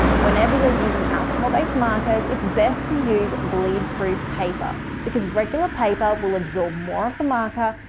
whenever you're using alcohol based markers, it's best to use bleed proof paper because regular paper will absorb more of the marker,